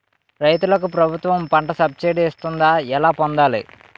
రైతులకు ప్రభుత్వం పంట సబ్సిడీ ఇస్తుందా? ఎలా పొందాలి?